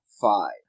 five